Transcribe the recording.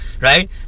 right